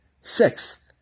Sixth